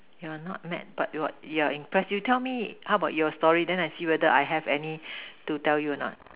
you are not mad but you're you're impressed you tell me how about your story then I see whether I have any to tell you a not